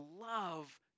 love